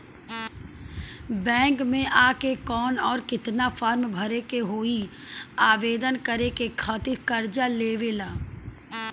Bank मे आ के कौन और केतना फारम भरे के होयी आवेदन करे के खातिर कर्जा लेवे ला?